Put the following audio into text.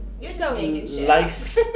Life